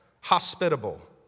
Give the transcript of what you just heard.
hospitable